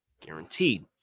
guaranteed